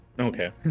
Okay